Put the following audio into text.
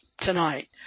tonight